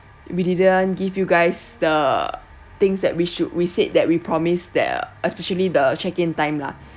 we didn't give you guys the things that we should we said that we promise there especially the check in time lah